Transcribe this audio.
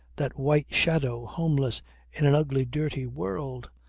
that white shadow homeless in an ugly dirty world.